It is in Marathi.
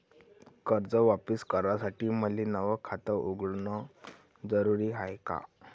कर्ज वापिस करासाठी मले नव खात उघडन जरुरी हाय का?